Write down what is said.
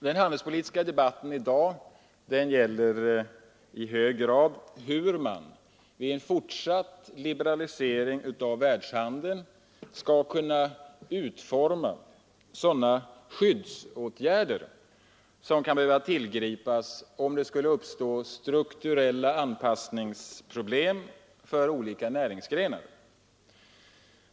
Den handelspolitiska debatten i dag gäller i hög grad hur man vid en fortsatt liberalisering av världshandeln skall utforma sådana skyddsåtgärder som kan behöva tillgripas om det skulle uppstå strukturella anpassningsproblem för olika näringsgrenar.